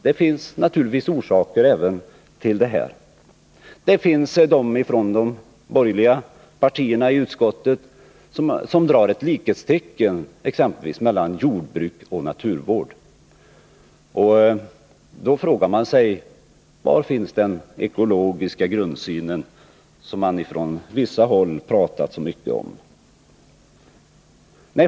Det finns naturligtvis orsaker även till det. Det finns representanter för de borgerliga partierna i utskottet som exempelvis sätter likhetstecken mellan jordbruk och naturvård. Då frågar man sig var den ekologiska grundsyn finns som man på vissa håll har talat så mycket om.